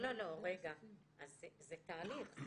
לא, זה תהליך.